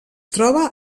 troba